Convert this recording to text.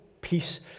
peace